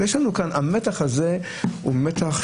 אז יש לנו כאן את המתח הזה שהוא נכון,